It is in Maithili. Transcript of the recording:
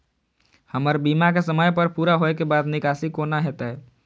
हमर बीमा के समय पुरा होय के बाद निकासी कोना हेतै?